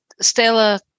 Stella